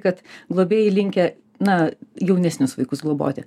kad globėjai linkę na jaunesnius vaikus globoti